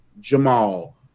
jamal